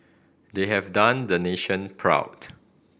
they have done the nation proud